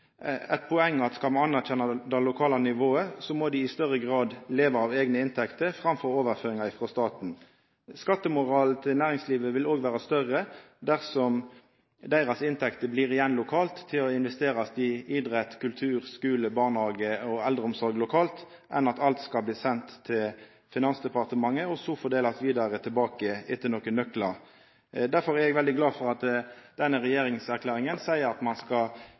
er faktisk eit poeng at skal me anerkjenna det lokale nivået, må det i større grad leva av eigne inntekter framfor av overføringar frå staten. Skattemoralen til næringslivet vil òg vera større om inntektene deira blir igjen lokalt og blir investert i idrett, kultur, skular, barnehagar og eldreomsorg, enn om alt skal bli sendt til Finansdepartementet og så bli fordelt tilbake etter nokre nøklar. Derfor er eg veldig glad for at ein i regjeringserklæringa seier at ein skal